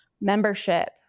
membership